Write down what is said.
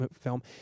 film